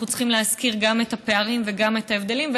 אנחנו צריכים להזכיר גם את הפערים וגם את ההבדלים,